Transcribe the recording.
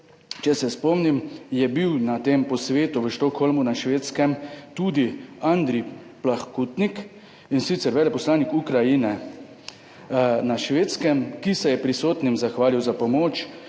če se spomnim, je bil na tem posvetu v Stockholmu na Švedskem tudi Andri Plahkutnik, in sicer veleposlanik Ukrajine na Švedskem, ki se je prisotnim zahvalil za pomoč,